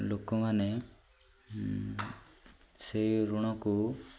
ଲୋକମାନେ ସେଇ ଋଣକୁ